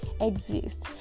exist